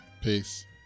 peace